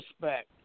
respect